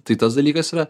tai tas dalykas yra